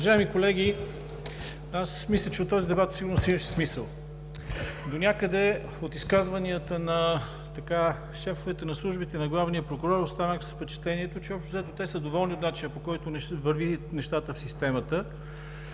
Уважаеми колеги, аз мисля, че от този дебат сигурно има смисъл. Донякъде от изказванията от шефовете на службите, на главния прокурор останах с впечатлението, че общо взето те са доволни от начина, по който вървят нещата в системата,